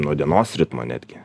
nuo dienos ritmo netgi